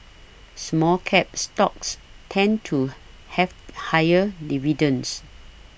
Small Cap stocks tend to have higher dividends